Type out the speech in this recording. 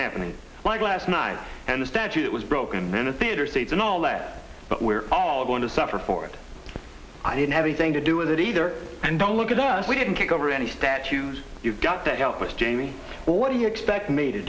happening like last night and the statute was broken in a theatre state and all that but we're all going to suffer for it i didn't have anything to do with it either and don't look at us we didn't kick over any statues you've got to help us jamie what do you expect me to